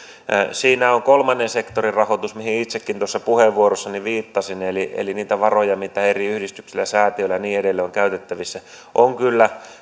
siinä on kolmannen sektorin rahoitus mihin itsekin tuossa puheenvuorossani viittasin eli eli ne varat mitä eri yhdistyksillä säätiöillä ja niin edelleen on käytettävissä